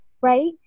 right